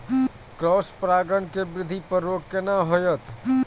Cross परागण के वृद्धि पर रोक केना होयत?